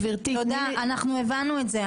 אנחנו הבנו את זה.